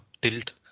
tilt